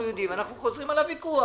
אנחנו חוזרים על הוויכוח.